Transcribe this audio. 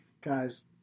Guys